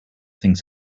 things